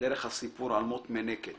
דרך הסיפור על מות המינקית.